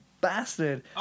Bastard